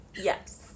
Yes